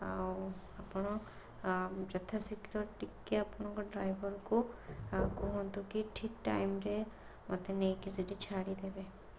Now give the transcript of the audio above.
ଆଉ ଆପଣ ଆ ଯଥାଶୀଘ୍ର ଟିକିଏ ଆପଣଙ୍କ ଡ୍ରାଇଭରକୁ କୁହନ୍ତୁ କି ଠିକ ଟାଇମରେ ମୋତେ ନେଇକି ସେଇଠି ଛାଡ଼ିଦେବେ